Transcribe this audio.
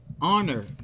honor